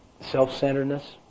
Self-centeredness